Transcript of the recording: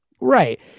right